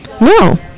No